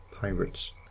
pirates